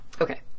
Okay